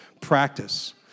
Practice